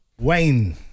wayne